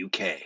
UK